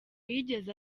yigeze